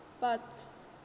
पांच